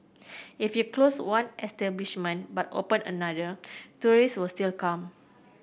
if you close one establishment but open another tourist will still come